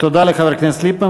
תודה לחבר הכנסת ליפמן.